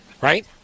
Right